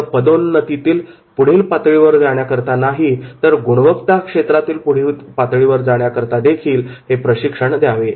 फक्त पदोन्नतीतील पुढील पातळीवर जाण्याकरता नाही ही तर गुणवत्ता क्ष्रेत्रातील पुढील पातळीवर जाण्याकरतादेखील हे प्रशिक्षण द्यावे